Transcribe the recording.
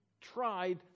tried